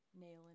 nailing